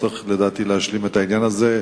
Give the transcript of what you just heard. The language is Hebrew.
ולדעתי צריך להשלים את העניין הזה,